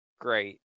Great